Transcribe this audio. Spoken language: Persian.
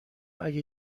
اگه